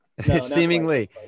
Seemingly